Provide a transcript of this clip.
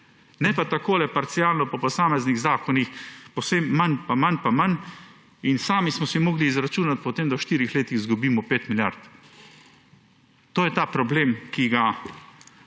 ne pa takole, parcialno po posameznih zakonih povsem manj pa manj pa manj. In sami smo si morali potem izračunati, da v štiri letih izgubimo 5 milijard. To je ta problem, ki ga